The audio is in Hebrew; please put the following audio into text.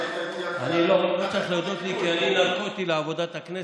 לא צריך להודות לי, כי אני נרקוטי לעבודת הכנסת.